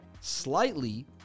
slightly